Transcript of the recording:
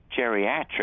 geriatric